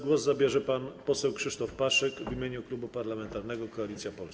Głos zabierze pan poseł Krzysztof Paszyk w imieniu Klubu Parlamentarnego Koalicja Polska.